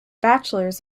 bachelors